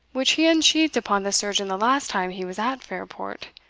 which he unsheathed upon the surgeon the last time he was at fairport.